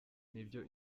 n’ibyo